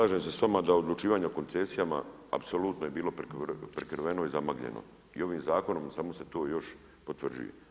Slažem se sa vama da odlučivanje o koncesijama apsolutno je bilo prikriveno i zamagljeno i ovim zakonom samo se to još potvrđuje.